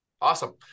Awesome